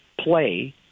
play